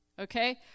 Okay